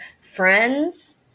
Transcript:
friends